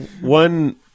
one